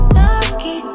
lucky